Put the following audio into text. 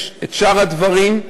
יש את שאר הדברים.